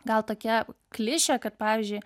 gal tokia klišė kad pavyzdžiui